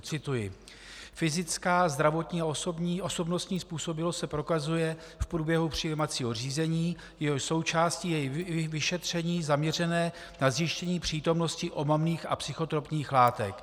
Cituji: Fyzická, zdravotní a osobnostní způsobilost se prokazuje v průběhu přijímacího řízení, jehož součástí je i vyšetření zaměřené na zjištění přítomnosti omamných a psychotropních látek.